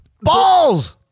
Balls